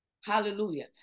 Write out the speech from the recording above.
Hallelujah